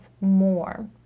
more